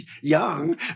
young